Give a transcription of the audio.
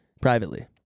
privately